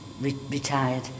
retired